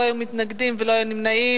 לא היו מתנגדים ולא היו נמנעים,